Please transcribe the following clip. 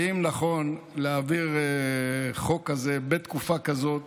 האם נכון להעביר חוק כזה בתקופה כזו,